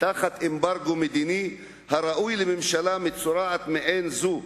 תחת אמברגו מדיני הראוי לממשלה מצורעת מעין זו,